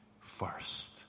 first